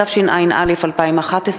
התשע”א 2011,